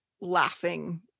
laughing